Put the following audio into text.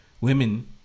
women